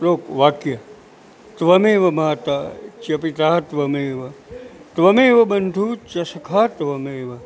શ્લોક વાક્ય ત્વમેવ માતા ચ પિતા ત્વમેવ ત્વમેવ બંધુ ચ સખા ત્વમેવ